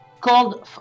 called